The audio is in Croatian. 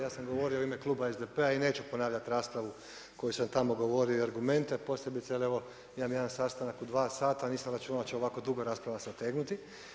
Ja sam govorio u ime Kluba SDP-a i neću ponavljati raspravu koju sam tamo govorio i argumente, a posebice, jer evo, ja nemam sastanak u 2 sata, a nisam računao da će ovako dugo se rasprava otegnuti.